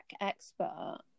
expert